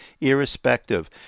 irrespective